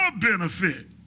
benefit